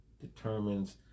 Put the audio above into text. determines